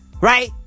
Right